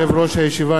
ברשות יושב-ראש הישיבה,